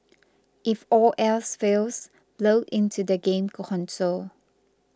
if all else fails blow into the game console